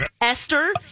Esther